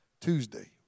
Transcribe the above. Tuesday